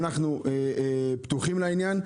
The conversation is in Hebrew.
אנחנו פתוחים לעניין.